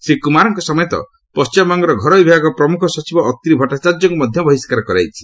ଶ୍ରୀ କୁମାରଙ୍କ ସମେତ ପଶ୍ଚିମବଙ୍ଗର ଘରୋଇ ବିଭାଗ ପ୍ରମୁଖ ସଚିବ ଅତ୍ରି ଭଟ୍ଟାଚାର୍ଯ୍ୟଙ୍କୁ ମଧ୍ୟ ବହିଷ୍କାର କରାଯାଇଛି